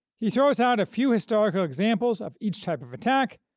he throws out a few historical examples of each type of attack,